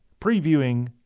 previewing